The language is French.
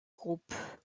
groupe